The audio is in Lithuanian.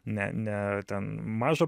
ne ne ten mažą